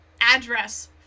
address